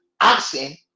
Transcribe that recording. asking